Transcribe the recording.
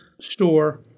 store